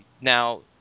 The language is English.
Now